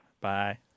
Bye